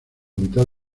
mitad